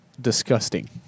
disgusting